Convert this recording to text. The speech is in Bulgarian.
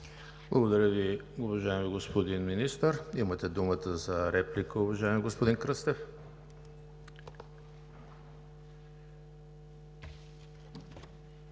Благодаря Ви, уважаеми господин Министър. Имате думата за реплика, уважаема госпожо Саватева.